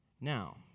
Now